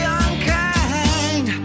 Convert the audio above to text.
unkind